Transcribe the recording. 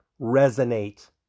resonate